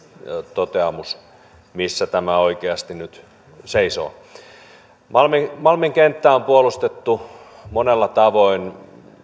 toteamus missä tämä oikeasti nyt seisoo malmin kenttää on puolustettu monella tavoin